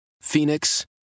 Phoenix